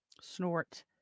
snort